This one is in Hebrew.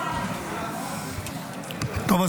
טוב,